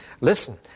Listen